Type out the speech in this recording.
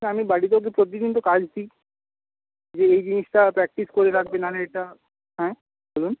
আমি বাড়িতে ওকে প্রতিদিন তো কাজ দিই যে এই জিনিসটা প্র্যাক্টিস করে রাখবে নাহলে এটা হ্যাঁ বলুন